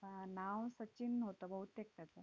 आं नाव सचिन होतं बहुतेक त्याचं